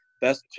best